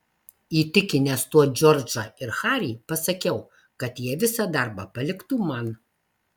įtikinęs tuo džordžą ir harį pasakiau kad jie visą darbą paliktų man